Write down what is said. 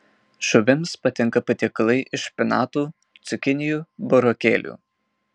žuvims patinka patiekalai iš špinatų cukinijų burokėlių